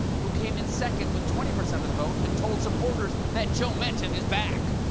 who came in second with twenty percent of the vote, and told supporters that joe-mentum is back!